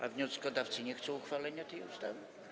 A wnioskodawcy nie chcą uchwalenia tej ustawy?